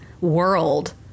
world